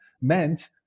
meant